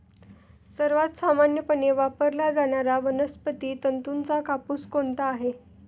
सर्वात सामान्यपणे वापरला जाणारा वनस्पती तंतूचा कापूस कोणता आहे?